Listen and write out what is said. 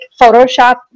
Photoshop